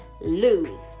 lose